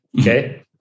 Okay